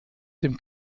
dem